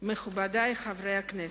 מכובדי חברי הכנסת,